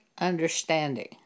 understanding